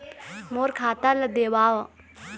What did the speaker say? मोर खाता ला देवाव?